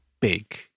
big